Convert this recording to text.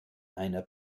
einer